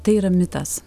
tai yra mitas